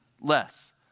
less